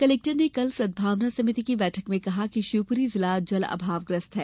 collector ने कल सद्भावना समिति की बैठक में कहा कि शिवपुरी जल अभावग्रस्त रहा है